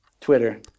twitter